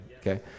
okay